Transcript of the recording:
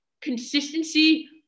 consistency